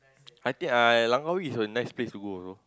I think I Langkawi is a nice place to go alone